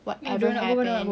whatever happened